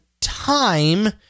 time